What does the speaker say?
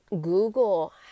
Google